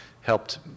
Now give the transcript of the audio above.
helped